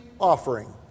offering